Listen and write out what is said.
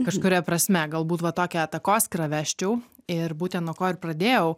kažkuria prasme galbūt va tokią takoskyrą vesčiau ir būtent nuo ko ir pradėjau